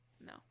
no